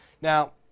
Now